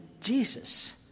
Jesus